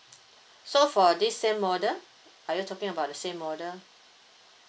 so for this same model are you talking about the same model